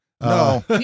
No